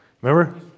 Remember